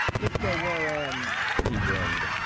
if there were an he grinned.